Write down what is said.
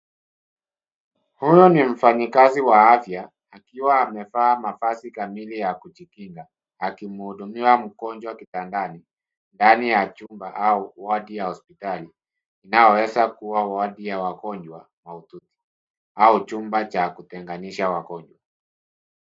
Huyu ni mfanyikazi wa afya, akiwa amevaa mavazi kamili ya kujikinga, akimhudumia mgonjwa kitandani, ndani ya chumba, au wodi ya hospitali, inaoweza kuwa wodi ya wagonjwa mahututi, au chumba cha kutenganisha wagonjwa.